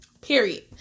Period